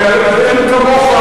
הרי אין כמוך,